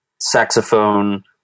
saxophone